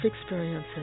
experiences